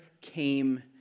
came